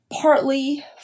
Partly